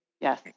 Yes